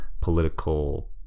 political